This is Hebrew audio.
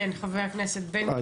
חבר הכנסת בן גביר, בבקשה.